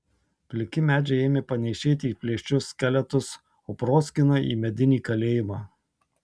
pliki medžiai ėmė panėšėti į plėšrius skeletus o proskyna į medinį kalėjimą